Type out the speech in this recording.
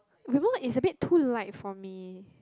Rimmel is a bit too light for me